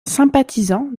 sympathisant